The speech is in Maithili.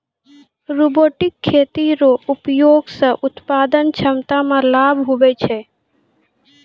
रोबोटिक खेती रो उपयोग से उत्पादन क्षमता मे लाभ हुवै छै